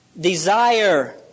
Desire